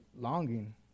longing